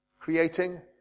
creating